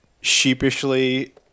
sheepishly